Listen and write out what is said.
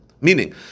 Meaning